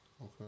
Okay